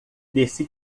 desse